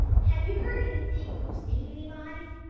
have you heard anything or seen anybody?